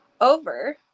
Over